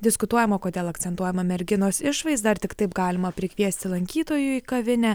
diskutuojama kodėl akcentuojama merginos išvaizda ar tik taip galima prikviesti lankytojų į kavinę